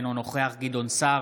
אינו נוכח גדעון סער,